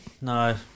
No